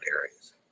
areas